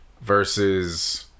versus